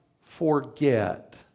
forget